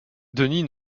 denis